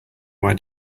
why